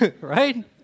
right